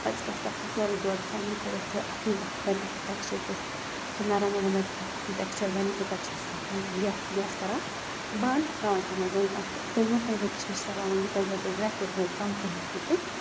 پَتہٕ ییٖتِس کالَس تَتھ سُہ سورُے دۄد ژَمہِ سُہ گژھِ اَصٕل تَتھ بَنہِ اَصٕل ٹٮ۪کسچَر یُتھ اَسہِ سُہ نرم نرم آسہِ تَتھ اَصٕل ٹٮ۪کسچَر بَنہِ تمہِ پَتہٕ چھِ أسۍ سُہ گیس گیس کَران بنٛد ترٛاوان چھِ تَتھ منٛز تَمہِ برونٛٹھ چھِ تَتھ منٛزَن کِشمِش رَلاوان یوٗتاہ زَن یِتھ پٲٹھۍ ڈرٛاے فرٛوٗٹ تَتھ منٛز ترٛاوان تیوٗت ہٮ۪کِو تُہۍ